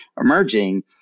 emerging